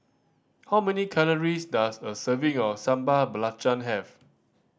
how many calories does a serving of Sambal Belacan have